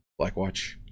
Blackwatch